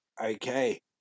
Okay